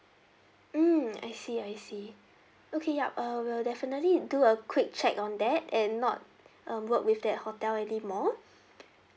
mm I see I see okay yup uh we'll definitely do a quick check on that and not um work with that hotel anymore